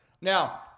Now